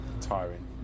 tiring